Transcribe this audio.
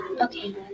okay